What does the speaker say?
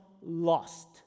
lost